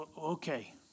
okay